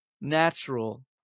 natural